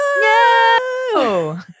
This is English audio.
no